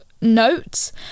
notes